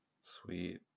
Sweet